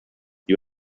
you